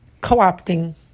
co-opting